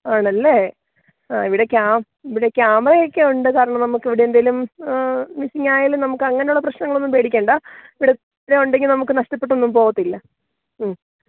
ആണല്ലേ ആ ഇവിടെ ഇവിടെ ക്യാമറയെക്കെയുണ്ട് കാരണം നമുക്കിവിടെ എന്തേലും മിസ്സിങ്ങായാലും നമുക്കങ്ങനെയുള്ള പ്രശ്നങ്ങളൊന്നും പേടിക്കണ്ട ഇവിടെ ഇവിടെ ഉണ്ടെങ്കില് നമുക്ക് നഷ്ടപ്പെട്ടൊന്നും പോവത്തില്ല ഉം